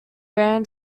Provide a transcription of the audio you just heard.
ran